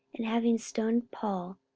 and having stoned paul,